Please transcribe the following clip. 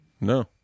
No